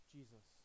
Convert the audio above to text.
Jesus